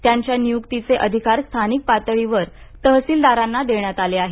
त्यांच्या नियुक्तीचे अधिकार स्थानिक पातळीवर तहसीलदारांना देण्यात आले आहेत